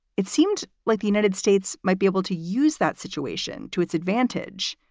it seemed like the united states might be able to use that situation to its advantage.